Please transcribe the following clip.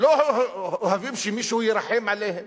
לא אוהבים שמישהו ירחם עליהם,